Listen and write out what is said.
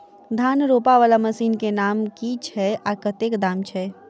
धान रोपा वला मशीन केँ नाम की छैय आ कतेक दाम छैय?